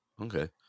Okay